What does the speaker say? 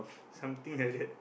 something like that